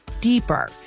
deeper